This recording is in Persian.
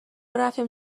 رفتیم